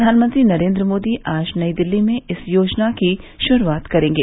प्रधानमंत्री नरेन्द्र मोदी आज नई दिल्ली में इस योजना की शुरूआत करेंगे